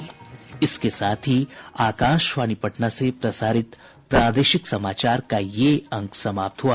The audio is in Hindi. इसके साथ ही आकाशवाणी पटना से प्रसारित प्रादेशिक समाचार का ये अंक समाप्त हुआ